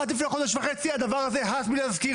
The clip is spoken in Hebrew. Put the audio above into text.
עד לפני חודש וחצי הדבר הזה הס מלהזכיר,